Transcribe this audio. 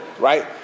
right